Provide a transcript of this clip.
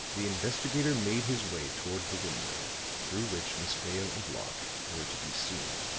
the investigator made his way toward the window through which miss vale and locke were to be seen.